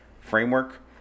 framework